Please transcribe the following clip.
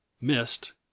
missed